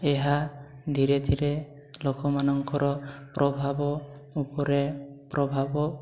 ଏହା ଧୀରେ ଧୀରେ ଲୋକମାନଙ୍କର ପ୍ରଭାବ ଉପରେ ପ୍ରଭାବ